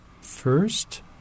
first